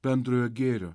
bendrojo gėrio